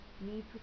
need